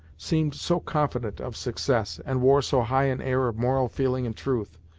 seemed so confident of success, and wore so high an air of moral feeling and truth,